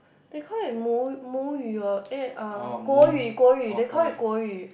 they call it 母语 or eh 国语国语 they call it 国语